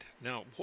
Now